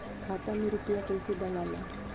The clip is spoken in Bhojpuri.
खाता में रूपया कैसे डालाला?